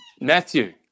Matthew